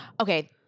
Okay